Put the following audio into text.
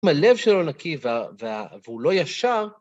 אם הלב שלו נקי והוא לא ישר.